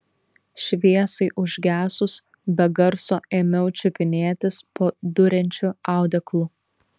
šviesai užgesus be garso ėmiau čiupinėtis po duriančiu audeklu